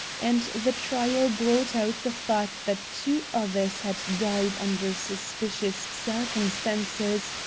and the trial brought out the fact that two others had died under suspicious circumstances,